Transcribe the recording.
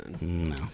No